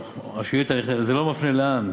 זה לא מפנה לאן.